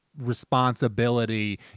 responsibility